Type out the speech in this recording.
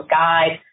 guide